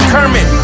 Kermit